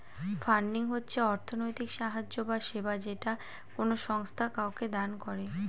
funding হচ্ছে অর্থনৈতিক সাহায্য বা সেবা যেটা কোনো সংস্থা কাউকে দান করে